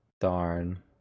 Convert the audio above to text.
Darn